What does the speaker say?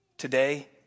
today